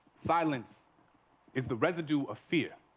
silence if the residue of fear.